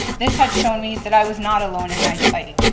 this had shown me that i was not alone in my fight.